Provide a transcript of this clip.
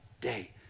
day